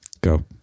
go